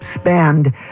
spend